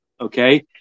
Okay